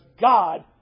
God